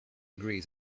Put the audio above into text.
agrees